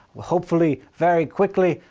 hopefully very quickly.